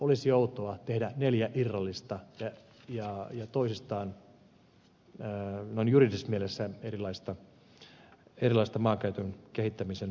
olisi outoa tehdä neljä irrallista ja toisistaan noin juridisessa mielessä erilaista maankäytön kehittämisen suunnitelmaa